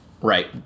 Right